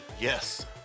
yes